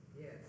Yes